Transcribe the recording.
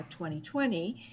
2020